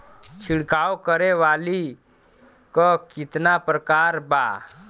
छिड़काव करे वाली क कितना प्रकार बा?